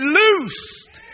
loosed